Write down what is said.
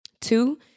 Two